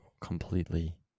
completely